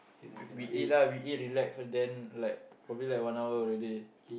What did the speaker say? we we eat lah we eat relax first then like probably like one hour already